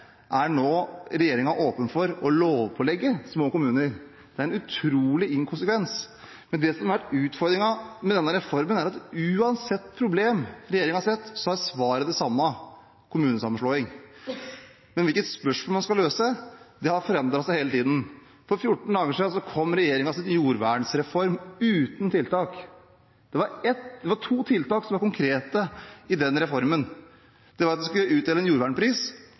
er regjeringen nå åpen for å lovpålegge små kommuner. Det er en utrolig inkonsekvens, men det som har vært utfordringen med denne reformen, er at uansett hvilket problem regjeringen har sett, så er svaret det samme: kommunesammenslåing. Men hvilket spørsmål man skal løse, har forandret seg hele tiden. For fjorten dager siden kom regjeringen med sin jordvernreform – uten tiltak. Det var to tiltak som var konkrete i den reformen: Det var at en skulle utdele en jordvernpris,